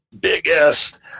biggest